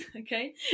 okay